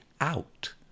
out